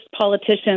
politicians